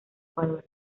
ecuador